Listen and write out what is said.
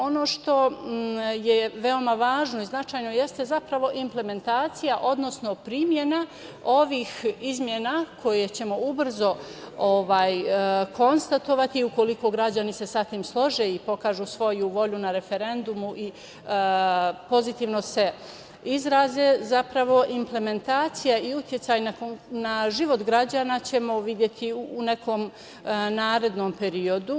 Ono što je veoma važno i značajno jeste zapravo implementacija odnosno primena ovih izmena koje ćemo ubrzo konstatovati, ukoliko se građani sa tim slože i pokažu svoju volju na referendumu i pozitivno se izraze, zapravo implementacija i uticaj na život građana ćemo videti u nekom narednom periodu.